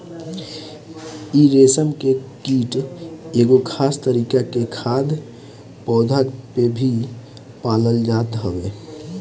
इ रेशम के कीट एगो खास तरीका के खाद्य पौधा पे ही पालल जात हवे